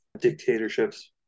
dictatorships